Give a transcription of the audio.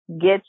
get